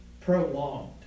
prolonged